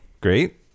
Great